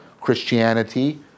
Christianity